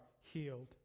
healed